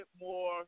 more